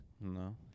No